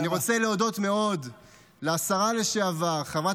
אני מאוד רוצה להודות לשרה לשעבר חברת